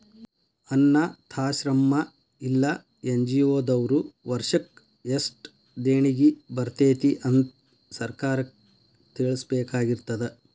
ಅನ್ನಾಥಾಶ್ರಮ್ಮಾ ಇಲ್ಲಾ ಎನ್.ಜಿ.ಒ ದವ್ರು ವರ್ಷಕ್ ಯೆಸ್ಟ್ ದೇಣಿಗಿ ಬರ್ತೇತಿ ಅಂತ್ ಸರ್ಕಾರಕ್ಕ್ ತಿಳ್ಸಬೇಕಾಗಿರ್ತದ